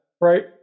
right